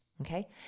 Okay